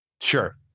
Sure